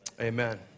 amen